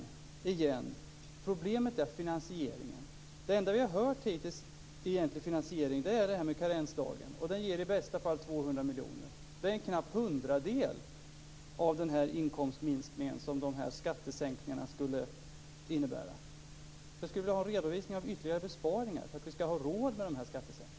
Problemet är alltså finansieringen. Det enda vi egentligen har hört om finansieringen är karensdagen, och den ger i bästa fall 200 miljoner. Det är en knapp hundradel av den inkomstminskning som dessa skattesänkningar skulle innebära. Jag skulle vilja ha en redovisning av ytterligare besparingar för att vi skall ha råd med de här skattesänkningarna.